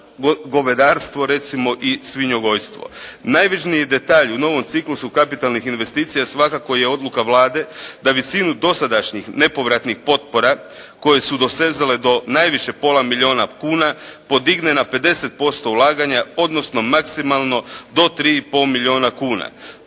govedarstvo recimo i svinjogojstvo. Najvažniji detalj u novom ciklusu kapitalnih investicija svakako je odluka Vlade da visinu dosadašnjih nepovratnih potpora koje su dosezale do najviše pola milijuna kuna podigne na 50% ulaganja, odnosno maksimalno do tri i pol milijuna kuna.